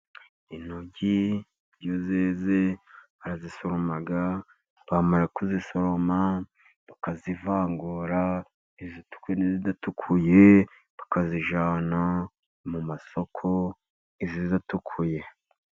Intogi iyo zeze barazisoroma, bamara kuzisoroma bakazivangura izitukuye n'izidatukuye, bakazijyana mu masoko izidatukuye.